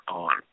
on